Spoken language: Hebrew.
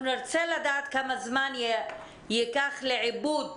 אנחנו נרצה לדעת כמה זמן ייקח לעיבוד